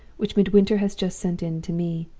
which midwinter has just sent in to me.